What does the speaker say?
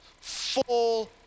full